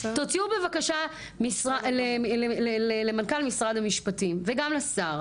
תוציאו בבקשה למנכ"ל משרד המשפטים וגם לשר,